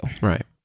Right